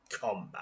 combat